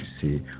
see